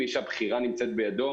מי שהבחירה נמצאת בידו,